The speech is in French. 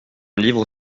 livre